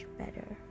better